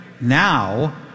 now